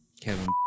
Kevin